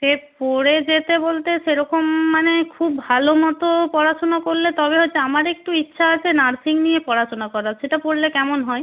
সে পড়ে যেতে বলতে সেরকম মানে খুব ভালো মতো পড়াশোনা করলে তবে হচ্ছে আমার একটু ইচ্ছা আছে নার্সিং নিয়ে পড়াশোনা করার সেটা পড়লে কেমন হয়